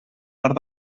part